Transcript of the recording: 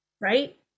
right